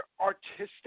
artistic